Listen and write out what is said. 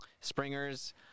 springers